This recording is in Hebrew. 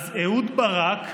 "אז אהוד ברק,